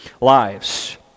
lives